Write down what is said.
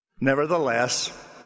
Nevertheless